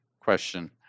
question